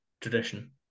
tradition